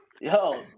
Yo